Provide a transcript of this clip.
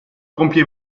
compie